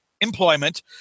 employment –